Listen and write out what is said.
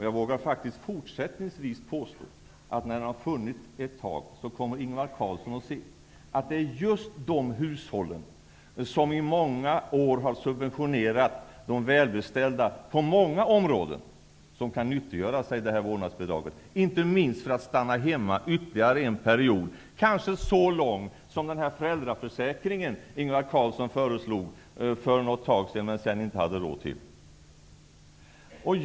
Jag vågar faktiskt påstå att när vårdnadsbidragen har funnits ett tag kommer Ingvar Carlsson att förstå att det är just de hushåll som i många år har subventionerat de välbeställda på många områden som kan nyttiggöra sig vårdnadsbidragen, inte minst för att stanna hemma under ytterligare en period, kanske lika lång som perioden i den föräldraförsäkring som Ingvar Carlsson föreslog för ett tag sedan men inte hade råd med.